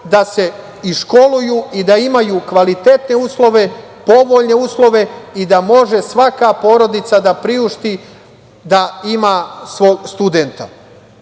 da se i školuju i da imaju kvalitetne uslove, povoljne uslove i da može svaka porodica da priušti da ima studenta. Ove